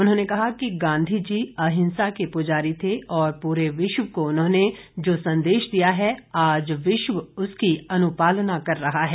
उन्होंने कहा कि गाांधी जी अंहिसा के पुजारी थे और पूरे विश्व को उन्होंने जो संदेश दिया है आज विश्व उसकी अनुपालना कर रहा है